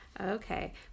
Okay